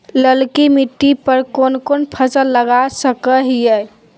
ललकी मिट्टी पर कोन कोन फसल लगा सकय हियय?